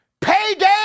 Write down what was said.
Payday